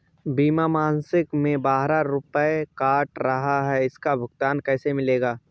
बीमा मासिक में बारह रुपय काट रहा है इसका भुगतान कैसे मिलेगा?